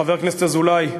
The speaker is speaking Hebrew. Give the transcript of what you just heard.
חבר הכנסת אזולאי,